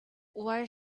why